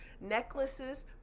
necklaces